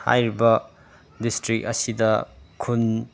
ꯍꯥꯏꯔꯤꯕ ꯗꯤꯁꯇ꯭ꯔꯤꯛ ꯑꯁꯤꯗ ꯈꯨꯟ